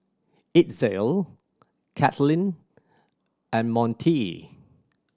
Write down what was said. Itzel Caitlin and Montie